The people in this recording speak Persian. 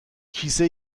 کیسه